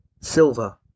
silver